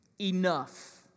enough